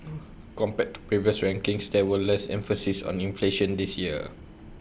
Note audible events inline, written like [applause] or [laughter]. [noise] compared to previous rankings there was less emphasis on inflation this year